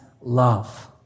love